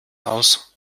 aus